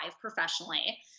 professionally